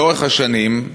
לאורך השנים,